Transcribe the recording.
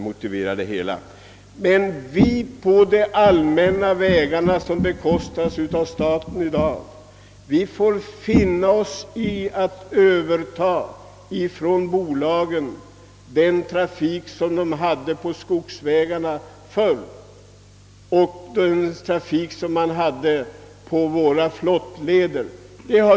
Men vi som färdas på de allmänna vägarna, vilka i dag bekostas av staten, får finna oss i att från bolagen överta den trafik som förr i tiden gick på skogsvägar och flottleder.